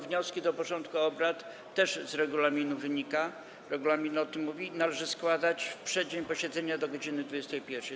Wnioski do porządku obrad - też z regulaminu to wynika, regulamin o tym mówi - należy składać w przeddzień posiedzenia do godz. 21.